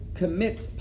commits